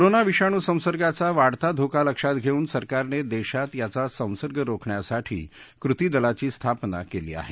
corona विषाणू संसर्गाचा वाढता धोका लक्षात घेऊन सरकारने देशात याचा संसर्ग रोखण्यासाठी कृतीदलाची स्थापना केली आहे